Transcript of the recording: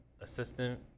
assistant